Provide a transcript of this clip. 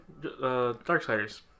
darksiders